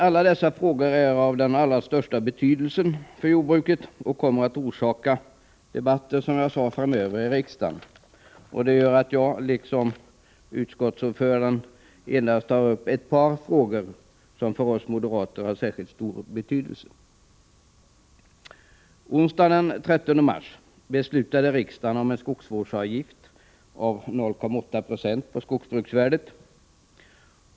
Alla dessa frågor är av den allra största betydelse för jordbruket och kommer, som jag sade, att förorsaka debatter i riksdagen framöver. Det gör att jag liksom utskottsordföranden endast skall ta upp ett par frågor som för oss moderater har särskilt stor betydelse. Onsdagen den 13 mars beslöt riksdagen om en skogsvårdsavgift på 0,8 96 av skogsbruksvärdet.